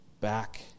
back